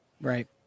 Right